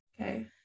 Okay